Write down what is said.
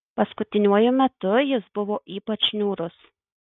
paskutiniuoju metu jis buvo ypač niūrus